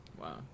Wow